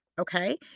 okay